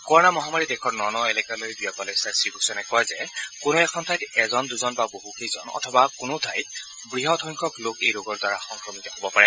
corona মহামাৰী দেশৰ ন ন এলেকালৈ বিয়পালৈ চাই শ্ৰীভূষণে কয় যে কোনো এখন ঠাইত এজন দুজন বা বহুকেইজন অথবা কোনো ঠাইত বৃহৎসংখ্যক লোক এই ৰোগৰ দ্বাৰা সংক্ৰমিত হব পাৰে